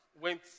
went